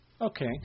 Okay